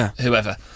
whoever